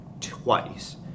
twice